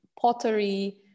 pottery